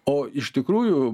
o iš tikrųjų